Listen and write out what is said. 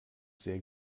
sehr